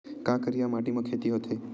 का करिया माटी म खेती होथे?